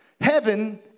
Heaven